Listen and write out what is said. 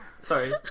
Sorry